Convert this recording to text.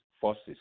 forces